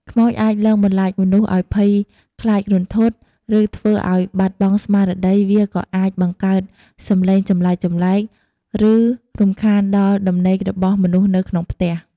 ខ្មោចអាចលងបន្លាចមនុស្សឱ្យភ័យខ្លាចរន្ធត់ ឬធ្វើឱ្យបាត់បង់ស្មារតី វាក៏អាចបង្កើតសំឡេងចម្លែកៗ ឬរំខានដល់ដំណេករបស់មនុស្សនៅក្នុងផ្ទះ។